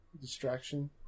Distraction